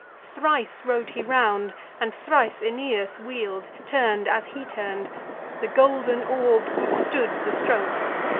thrice rode he round and thrice aeneas wheel'd, turn'd as he turn'd the golden orb withstood the strokes,